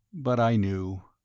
but i knew!